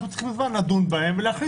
אנחנו צריכים את הזמן לדון בהן ולהחליט